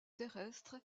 terrestre